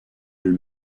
elle